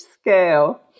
scale